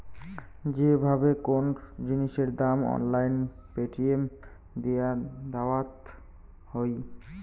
যে ভাবে কোন জিনিসের দাম অনলাইন পেটিএম দিয়ে দায়াত হই